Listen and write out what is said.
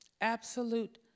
absolute